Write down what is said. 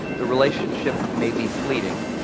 the relationship may be fleeting,